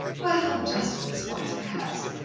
well, just for this once, perhaps.